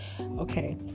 okay